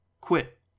quit